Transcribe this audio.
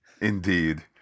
Indeed